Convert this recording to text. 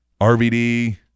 RVD